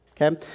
okay